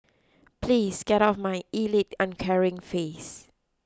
please get out of my elite uncaring face